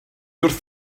wrth